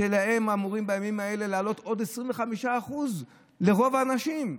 ולהם זה אמור לעלות בימים האלה עוד 25%. לרוב האנשים.